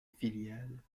filiale